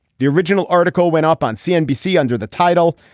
the original article went up on cnbc under the title.